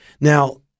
Now